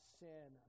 sin